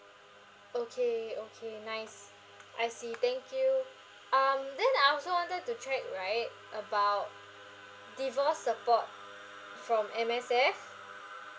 okay okay nice I see thank you um then I also wanted to check right about divorce support from M_S_F